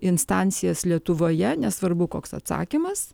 instancijas lietuvoje nesvarbu koks atsakymas